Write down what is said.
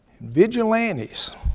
vigilantes